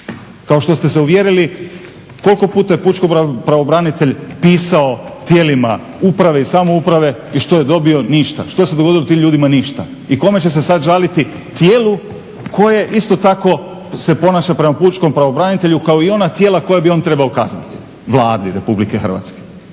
Kao što ste se uvjerili koliko je pučki pravobranitelj pisao tijelima uprave i samouprave i što je dobio? Ništa. Što se dogodilo tim ljudima? Ništa. I kome će se sada žaliti, tijelu koje isto tako se ponaša prema pučkom pravobranitelju kao i ona tijela koje bi on trebao kazniti. Vladi RH.